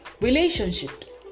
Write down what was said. Relationships